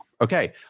Okay